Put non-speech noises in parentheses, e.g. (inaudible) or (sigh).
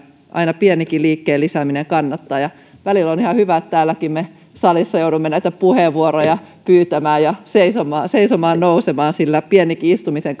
aina pienikin liikkeen lisääminen kannattaa välillä on ihan hyvä että me täällä salissakin joudumme näitä puheenvuoroja pyytämään ja seisomaan ja seisomaan nousemaan sillä pienikin istumisen (unintelligible)